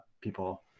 people